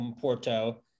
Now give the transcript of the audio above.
Porto